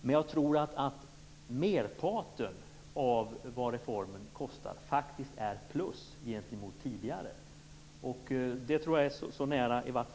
Men jag tror att merparten av vad reformen kostar faktiskt kan läggas till de kostnader som fanns för handikappomsorgen tidigare.